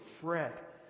fret